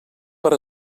per